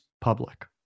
public